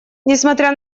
несмотря